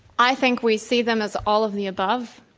i think we see them as all of the above.